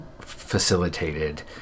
facilitated